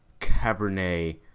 cabernet